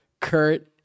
kurt